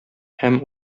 һәм